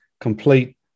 Complete